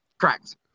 Correct